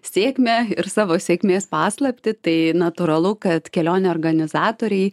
sėkmę ir savo sėkmės paslaptį tai natūralu kad kelionių organizatoriai